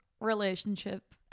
relationship